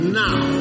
now